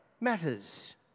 matters